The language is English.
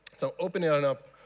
so opening on up